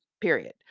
period